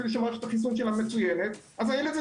אפילו שמערכת החיסון שלה מצוינת הילד הזה